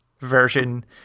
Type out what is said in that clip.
version